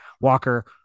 Walker